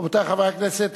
רבותי חברי הכנסת,